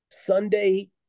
sunday